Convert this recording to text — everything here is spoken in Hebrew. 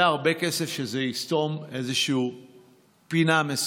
זה הרבה כסף שיסתום איזושהי פינה מסוימת.